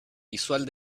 visual